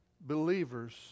believers